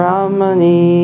Ramani